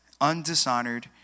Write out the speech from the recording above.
undishonored